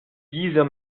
dieser